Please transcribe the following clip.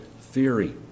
theory